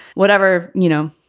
whatever, you know,